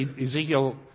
Ezekiel